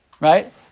right